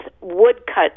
woodcuts